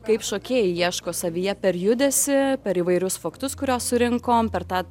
kaip šokėjai ieško savyje per judesį per įvairius faktus kuriuos surinkom per tą